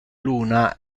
luna